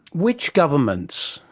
which governments?